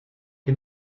que